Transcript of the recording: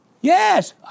Yes